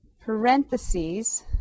parentheses